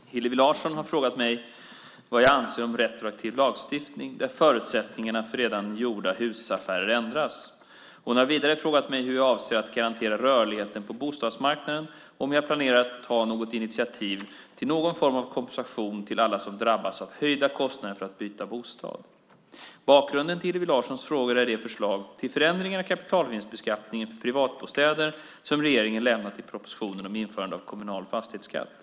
Fru talman! Hillevi Larsson har frågat mig vad jag anser om retroaktiv lagstiftning där förutsättningarna för redan gjorda husaffärer ändras. Hon har vidare frågat mig hur jag avser att garantera rörligheten på bostadsmarknaden och om jag planerar att ta något initiativ till någon form av kompensation till alla som drabbas av höjda kostnader för att byta bostad. Bakgrunden till Hillevi Larssons frågor är de förslag till förändringar av kapitalvinstbeskattningen för privatbostäder som regeringen lämnat i propositionen om införande av kommunal fastighetsskatt.